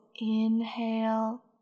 inhale